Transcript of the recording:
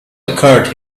occurred